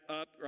up